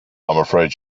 afraid